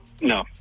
No